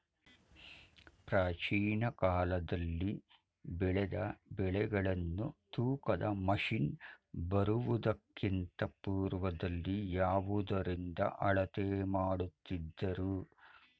ಪ್ರಾಚೀನ ಕಾಲದಲ್ಲಿ ಬೆಳೆದ ಬೆಳೆಗಳನ್ನು ತೂಕದ ಮಷಿನ್ ಬರುವುದಕ್ಕಿಂತ ಪೂರ್ವದಲ್ಲಿ ಯಾವುದರಿಂದ ಅಳತೆ ಮಾಡುತ್ತಿದ್ದರು?